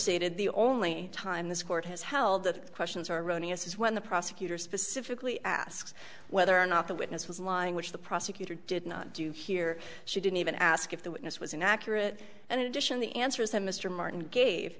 stated the only time this court has held that questions are running is when the prosecutor specifically asks whether or not the witness was lying which the prosecutor did not do here she didn't even ask if the witness was inaccurate and in addition the answers that mr martin gave